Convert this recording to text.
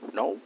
no